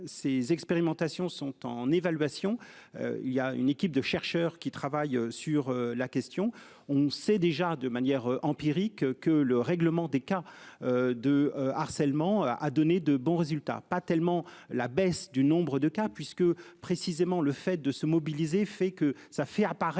Ces expérimentations sont en évaluation. Il y a une équipe de chercheurs qui travaillent sur la question. On sait déjà de manière empirique que le règlement des cas. De harcèlement a donné de bons résultats pas tellement la baisse du nombre de cas puisque précisément le fait de se mobiliser, fait que ça fait apparaître